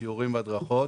סיורים והדרכות.